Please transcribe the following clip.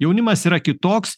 jaunimas yra kitoks